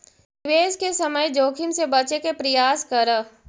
निवेश के समय जोखिम से बचे के प्रयास करऽ